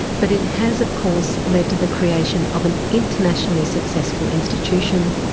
but it has, of course, led to the creation of an internationally successful institution,